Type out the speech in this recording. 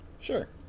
Sure